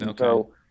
Okay